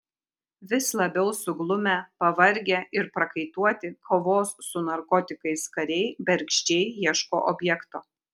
vis labiau suglumę pavargę ir prakaituoti kovos su narkotikais kariai bergždžiai ieško objekto